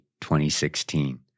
2016